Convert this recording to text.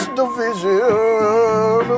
division